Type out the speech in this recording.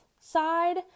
side